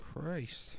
Christ